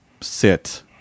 sit